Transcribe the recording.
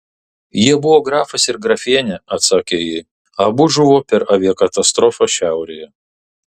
jie buvo grafas ir grafienė atsakė ji abu žuvo per aviakatastrofą šiaurėje